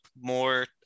more